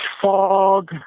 fog